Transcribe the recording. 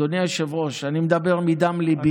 אדוני היושב-ראש, אני מדבר מדם ליבי.